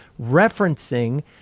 referencing